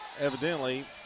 evidently